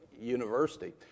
university